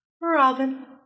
Robin